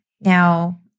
Now